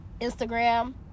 instagram